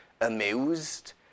amused